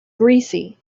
greasy